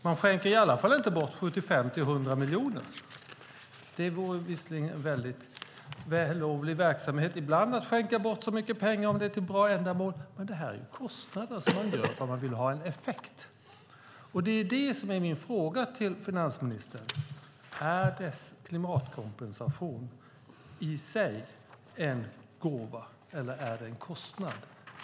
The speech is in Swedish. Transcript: De skänker i alla fall inte bort 75-100 miljoner. Det vore visserligen en väldigt vällovlig verksamhet ibland att skänka bort så mycket pengar om det är till bra ändamål. Men det här är kostnader som de tar för att de vill ha en effekt. Min fråga till finansministern är: Är klimatkompensation en gåva eller är det en kostnad?